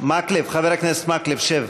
חבר הכנסת מקלב, שב.